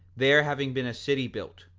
there having been a city built,